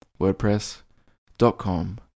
wordpress.com